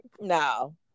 No